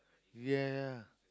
ya ya